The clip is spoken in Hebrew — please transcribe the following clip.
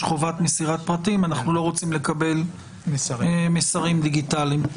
חובת מסירת פרטים אנחנו לא רוצים לקבל מסרים דיגיטליים.